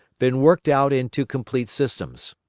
been worked out into complete systems.